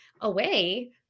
away